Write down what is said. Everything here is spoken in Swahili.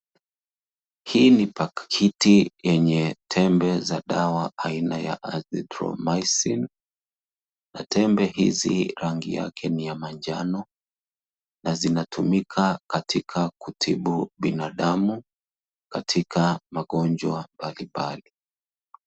Hii ni pakiti yenye tembe za dawa aina ya [cs ] athidronn maisin[cs ] na tembea hizi rangi yake ni manjano na zinatumika katika kutibu binadamu katika mgonjwa mbalimbali.